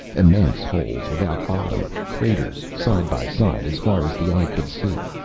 immense holes without bottom, craters side by side as far as the eye could see.